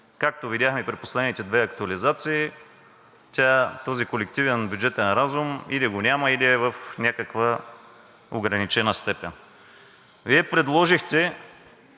Както видяхме при последните две актуализации, този колективен бюджетен разум или го няма, или е в някаква ограничена степен. Вие казахте,